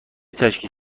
تشکیل